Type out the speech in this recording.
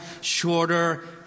shorter